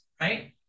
right